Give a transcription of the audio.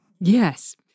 Yes